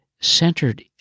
centered